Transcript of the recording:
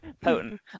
Potent